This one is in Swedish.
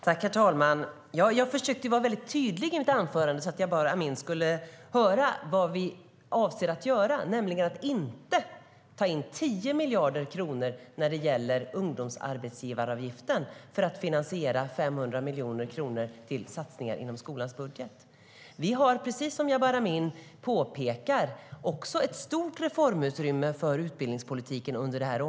Herr talman! Jag försökte vara tydlig i mitt anförande så att Jabar Amin skulle höra vad vi avser att göra, nämligen att inte ta in 10 miljarder kronor när det gäller ungdomsarbetsgivaravgiften för att finansiera satsningar med 500 miljoner inom skolans budget. Vi har, precis som Jabar Amin påpekar, också ett stort reformutrymme för utbildningspolitiken.